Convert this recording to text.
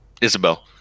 Isabel